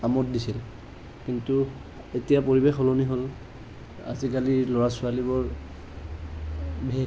কিন্তু এতিয়া পৰিৱেশ সলনি হ'ল আজিকালি ল'ৰা ছোৱালীবোৰ